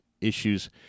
issues